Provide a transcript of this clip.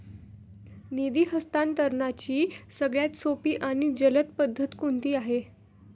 निधी हस्तांतरणाची सगळ्यात सोपी आणि जलद पद्धत कोणती आहे?